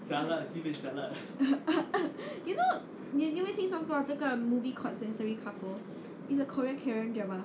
you know 你有没有听说过这个 movie called sensory couple is a korean korean drama